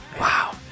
wow